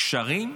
גשרים?